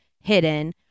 hidden